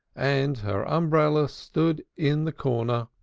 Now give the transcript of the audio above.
and her umbrella stood in the corner,